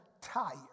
tired